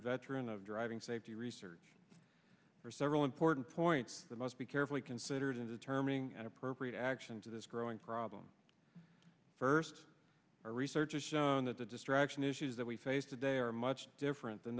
veteran of driving safety research for several important points that must be carefully considered in determining an appropriate action to this growing problem first our research has shown that the distraction issues that we face today are much different than